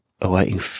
awaiting